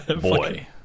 boy